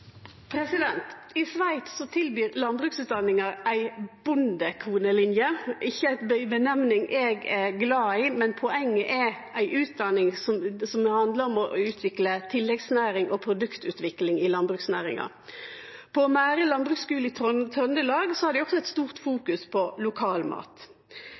I Sveits tilbyr landbruksutdanninga ei bondekonelinje. Det er ikkje eit nemning eg er glad i, men poenget er ei utdanning som handlar om å utvikle tilleggsnæringar og produktutvikling i landbruksnæringa. På Mære landbruksskule i Trøndelag fokuserer dei også mykje på lokal mat.